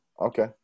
okay